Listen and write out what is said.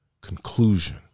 conclusion